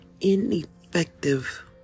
ineffective